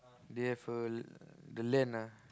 they have a the land ah